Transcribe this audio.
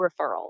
referrals